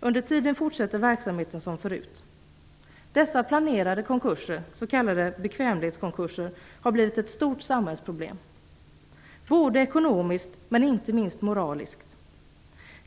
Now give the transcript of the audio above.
Under tiden fortsätter verksamheten som förut. Dessa planerade konkurser, s.k. bekvämlighetskonkurser, har blivit ett stort samhällsproblem - ekonomiskt och inte minst moraliskt.